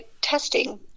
testing